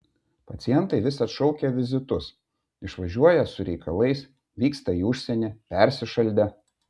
pacientai vis atšaukia vizitus išvažiuoją su reikalais vykstą į užsienį persišaldę